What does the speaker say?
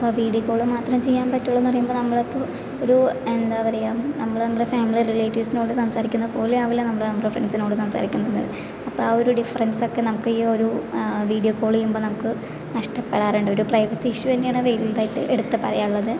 ഇപ്പോൾ video call മാത്രം ചെയ്യാൻ പറ്റുള്ളൂയെന്ന് പറയുമ്പോൾ നമ്മൾ ഇപ്പോൾ ഒരു എന്താ പറയുക നമ്മൾ നമ്മളെ ഫാമിലി റിലേറ്റീവ്സിനോട് സംസാരിക്കുന്ന പോലെ ആവില്ല നമ്മൾ നമ്മുടെ ഫ്രണ്ട്സിനോട് സംസാരിക്കുന്നത് അപ്പോൾ ആ ഒരു ഡിഫറെൻസ് ഒക്കെ നമുക്ക് ഈ ഒരു വീഡിയോ കോൾ ചെയ്യുമ്പോൾ നമുക്ക് നഷ്ടപ്പെടാറുണ്ട് ഒരു പ്രൈവസി ഇഷ്യൂ തന്നെയാണ് വലുതായിട്ട് എടുത്ത് പറയാനുള്ളത്